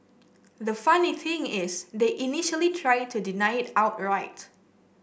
the funny thing is they initially tried to deny it outright